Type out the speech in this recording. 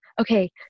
Okay